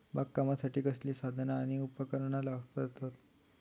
बागकामासाठी कसली साधना आणि उपकरणा वापरतत?